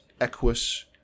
Equus